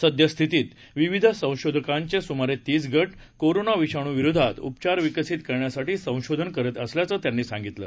सद्यस्थितीत विविध संशोधकांचे सुमारे तीस गा कोरोना विषाणूविरोधात उपचार विकसित करण्यासाठी संशोधन करत असल्याचं त्यांनी सांगितलं